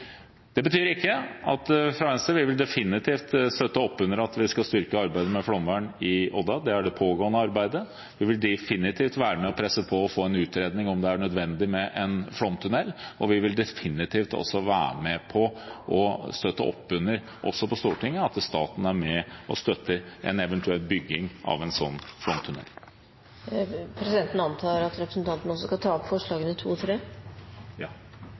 Venstre vil definitivt støtte at vi skal styrke arbeidet med flomvern i Odda – det er det pågående arbeidet. Vi vil definitivt være med på å presse på for å få en utredning om det er nødvendig med en flomtunnel, og vi vil definitivt også være med på å støtte, også på Stortinget, at staten er med og støtter en eventuell bygging av en slik flomtunnel. Presidenten antar at representanten også skal ta opp forslagene nr. 2 og 3. Ja.